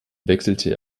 wechselte